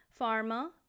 pharma